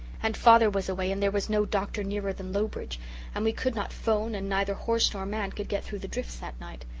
and father was away and there was no doctor nearer than lowbridge and we could not phone and neither horse nor man could get through the drifts that night.